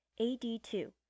AD2